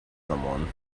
someone